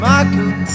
Michael